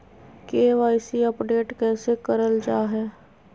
KYC update कैसे करल जाहै?